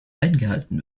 eingehalten